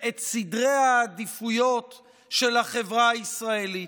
את סדרי העדיפויות של החברה הישראלית.